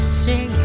say